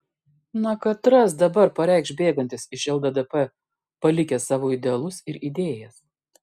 na katras dabar pareikš bėgantis iš lddp palikęs savo idealus ir idėjas